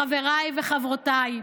חבריי וחברותיי,